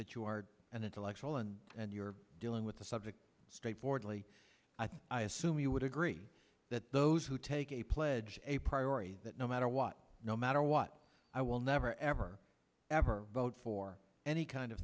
that you are an intellectual and and you're dealing with the subject straightforwardly i think i assume you would agree that those who take a pledge a priority that no matter what no matter what i will never ever ever vote for any kind